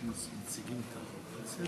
מבקשת לתקן סעיף בחוק העונשין